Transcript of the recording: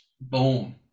boom